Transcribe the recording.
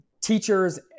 teachers